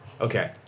Okay